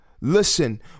Listen